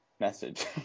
Message